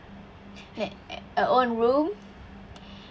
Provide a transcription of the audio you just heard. and and our own room